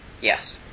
yes